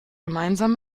gemeinsam